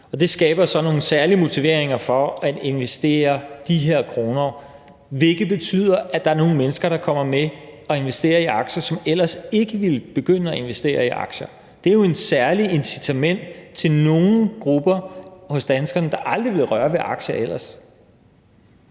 Det skaber så nogle særlige motiveringer for at investere de her kroner, hvilket betyder, at der er nogle mennesker, der kommer med og investerer i aktier, som ellers ikke ville begynde at investere i aktier. Det er jo et særligt incitament til nogle grupper blandt danskerne, der aldrig ville røre ved aktier ellers.